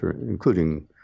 including